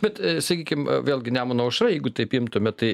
bet sakykim vėlgi nemuno aušra jeigu taip imtume tai